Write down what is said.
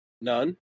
none